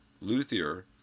luthier